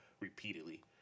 repeatedly